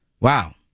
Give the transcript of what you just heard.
Wow